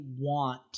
want